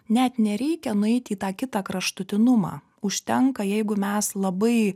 net nereikia nueit į tą kitą kraštutinumą užtenka jeigu mes labai